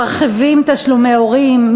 מרחיבים תשלומי הורים,